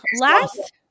last